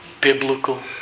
biblical